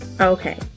Okay